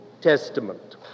Testament